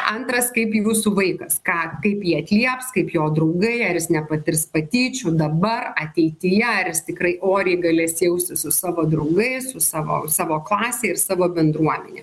antras kaip jūsų vaikas ką kaip jį atlieps kaip jo draugai ar jis nepatirs patyčių dabar ateityje ar jis tikrai oriai galės jaustis su savo draugais su savo savo klase ir savo bendruomene